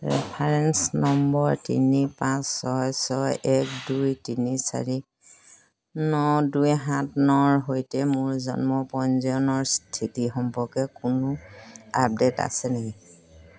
reference number তিনি পাঁচ ছয় ছয় এক দুই তিনি চাৰি ন দুই সাত নৰ সৈতে মোৰ জন্ম পঞ্জীয়নৰ স্থিতি সম্পৰ্কে কোনো আপডে'ট আছে নেকি